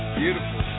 beautiful